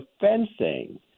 fencing